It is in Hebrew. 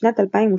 בשנת 2002,